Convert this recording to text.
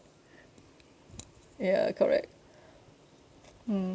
ya correct mm